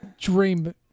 dream